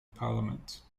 parliament